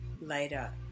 later